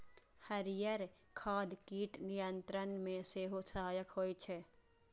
हरियर खाद कीट नियंत्रण मे सेहो सहायक होइ छै